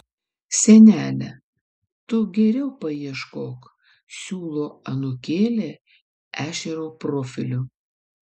senele tu geriau paieškok siūlo anūkėlė ešerio profiliu